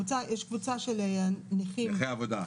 יש קבוצה של נכים --- נכי עבודה.